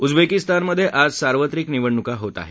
उझबेकीस्तानमधे आज सार्वत्रिक निवडणुका होत आहेत